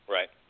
Right